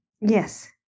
Yes